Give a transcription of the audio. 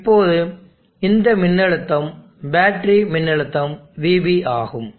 இப்போது இந்த மின்னழுத்தம் பேட்டரி மின்னழுத்தம் VB ஆகும்